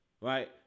Right